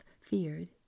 feared